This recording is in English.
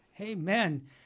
Amen